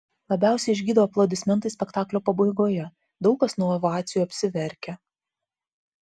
labiausiai išgydo aplodismentai spektaklio pabaigoje daug kas nuo ovacijų apsiverkia